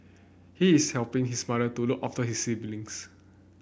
he is helping his mother to look after his siblings